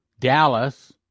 Dallas